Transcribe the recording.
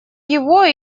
его